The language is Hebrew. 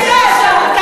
איפה צריך להתייצב?